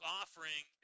offering